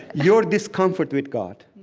your discomfort with god,